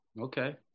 Okay